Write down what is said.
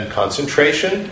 concentration